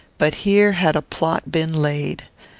but here had a plot been laid.